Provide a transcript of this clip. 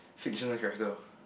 fictional character